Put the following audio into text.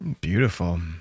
Beautiful